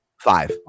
five